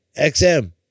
XM